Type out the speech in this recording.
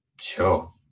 Sure